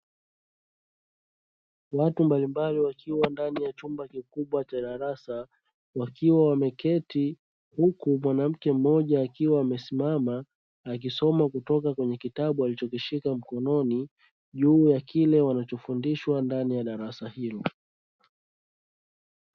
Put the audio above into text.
Watu mbalimbali, wakiwa ndani ya chumba kikubwa cha darasa wakiwa wameketi, huku mwanamke mmoja akiwa amesimama akisoma kutoka kwenye kitabu alichokishika mkononi, juu ya kile wanacho fundishwa ndani ya darasa hilo.